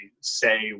say